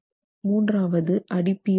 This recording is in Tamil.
மூன்றாவது அடிப்பீட கட்டு